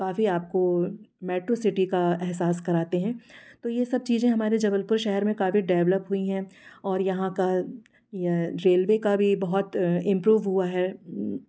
काफ़ी आपको metro city का एहसास कराते हैं तो ये सब चीज़ें हमारे जबलपुर शहर में काफ़ी डेवलप हुई हैं और यहाँ का रेलवे का भी बहुत इंप्रूव हुआ है